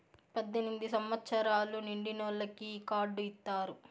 పద్దెనిమిది సంవచ్చరాలు నిండినోళ్ళకి ఈ కార్డు ఇత్తారు